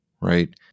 right